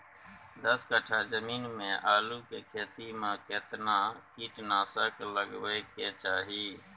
दस कट्ठा जमीन में आलू के खेती म केतना कीट नासक लगबै के चाही?